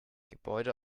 gebäude